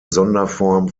sonderform